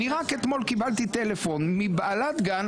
אני רק אתמול קיבלתי טלפון מבעלת גן,